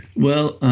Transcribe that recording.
well,